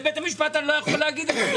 לבית המשפט אני לא יכול לומר את זה,